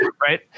right